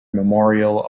memorial